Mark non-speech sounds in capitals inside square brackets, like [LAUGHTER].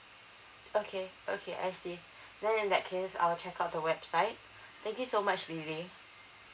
okay okay I see [BREATH] then in that case I'll check out the website [BREATH] thank you so much lily